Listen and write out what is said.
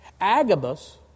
Agabus